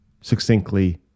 succinctly